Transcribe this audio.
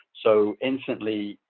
so instantly,